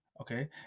Okay